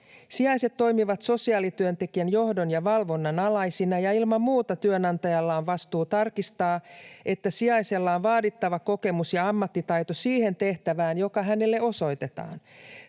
Sijaiset toimivat sosiaalityöntekijän johdon ja valvonnan alaisina, ja ilman muuta työnantajalla on vastuu tarkistaa, että sijaisella on vaadittava kokemus ja ammattitaito siihen tehtävään, joka hänelle osoitetaan.